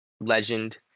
Legend